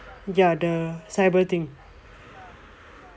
ya the cyber thing